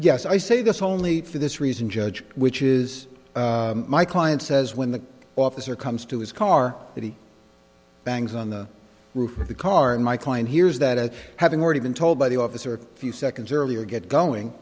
yes i say this only for this reason judge which is my client says when the officer comes to his car that he bangs on the roof of the car and my client hears that as having already been told by the officer a few seconds earlier get going